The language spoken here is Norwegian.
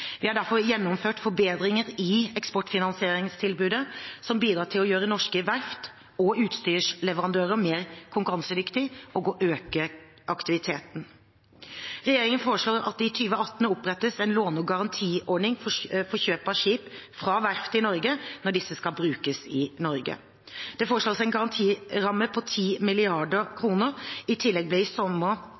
Vi har derfor gjennomført forbedringer i eksportfinansieringstilbudet, som bidrar til å gjøre norske verft og utstyrsleverandører mer konkurransedyktige og å øke aktiviteten. Regjeringen foreslår at det i 2018 opprettes en låne- og garantiordning for kjøp av skip fra verft i Norge når disse skal brukes i Norge. Det foreslås en garantiramme på 10 mrd. kr. I tillegg ble i sommer